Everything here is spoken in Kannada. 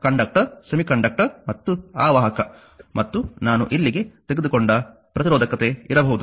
ಆದ್ದರಿಂದ ಕಂಡಕ್ಟರ್ ಸೆಮಿಕಂಡಕ್ಟರ್ ಮತ್ತು ಅವಾಹಕ ಮತ್ತು ನಾನು ಇಲ್ಲಿಗೆ ತೆಗೆದುಕೊಂಡ ಪ್ರತಿರೋಧಕತೆ ಇರಬಹುದು